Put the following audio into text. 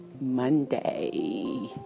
Monday